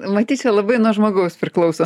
matyt čia labai nuo žmogaus priklauso